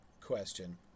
question